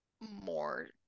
more